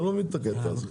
אני לא מבין את הקטע הזה.